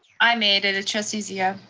i made it, it's trustee zia.